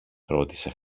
ρώτησε